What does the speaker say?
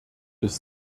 bis